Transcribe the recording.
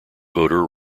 voter